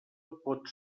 pot